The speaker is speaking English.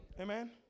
Amen